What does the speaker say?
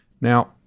Now